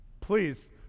please